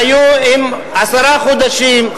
שעשרה חודשים,